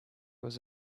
was